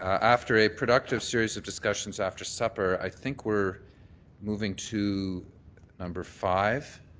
after a productive series of discussions after supper, i think we're moving to number five,